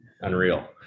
unreal